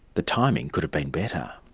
the timing could have been better.